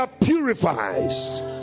purifies